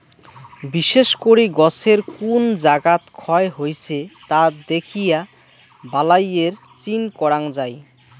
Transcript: বিশেষ করি গছের কুন জাগাত ক্ষয় হইছে তা দ্যাখিয়া বালাইয়ের চিন করাং যাই